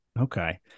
Okay